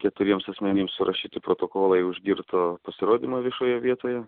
keturiems asmenims surašyti protokolai už girto pasirodymą viešoje vietoje